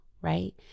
right